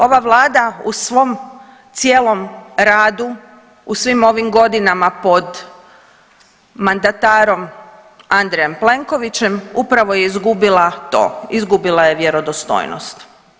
Ova vlada u svom cijelom radu u svim ovim godinama pod mandatarom Andrejom Plenkovićem upravo je izgubila to, izgubila je vjerodostojnost.